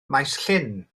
maesllyn